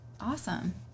Awesome